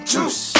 Juice